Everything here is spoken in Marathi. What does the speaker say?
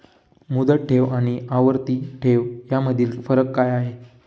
मुदत ठेव आणि आवर्ती ठेव यामधील फरक काय आहे?